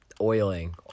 oiling